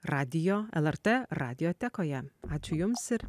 radijo lrt radiotekoje ačiū jums ir